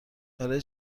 برای